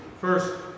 First